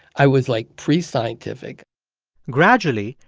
i was, like, pre-scientific gradually,